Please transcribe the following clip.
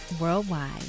worldwide